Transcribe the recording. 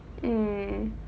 mm